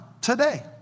Today